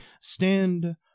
stand